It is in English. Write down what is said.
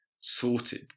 sorted